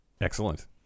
Excellent